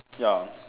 ya